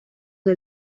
del